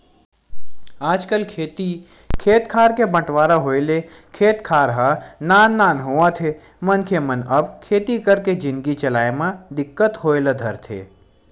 आजकल खेती खेत खार के बंटवारा होय ले खेत खार ह नान नान होवत हे मनखे मन अब खेती करके जिनगी चलाय म दिक्कत होय ल धरथे